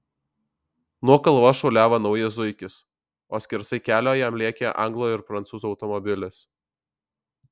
nuo kalvos šuoliavo naujas zuikis o skersai kelio jam lėkė anglo ir prancūzo automobilis